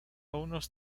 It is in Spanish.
unos